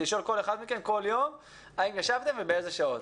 לשאול כל אחד מהם כל יום האם ישבתם ובאיזה שעות.